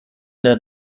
der